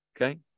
okay